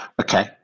Okay